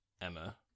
Emma